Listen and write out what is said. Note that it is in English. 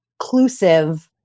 inclusive